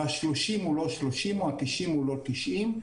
וה-30 הוא לא 30, וה-90 הוא לא 90,